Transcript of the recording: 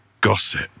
gossip